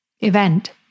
event